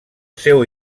seu